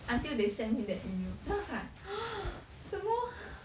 until they send me that email then I was like !huh! 什么